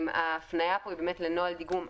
ההפניה פה היא באמת לנוהל דיגום.